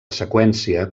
seqüència